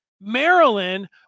Maryland